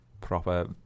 proper